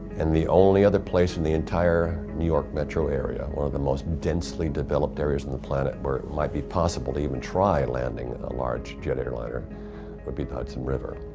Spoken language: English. and the only other place in the entire new york metro area, one of the most densely developed areas on the planet, where it might be possible to even try landing a large jet airliner would be the hudson river.